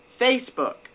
Facebook